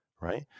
right